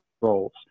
roles